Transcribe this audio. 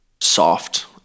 soft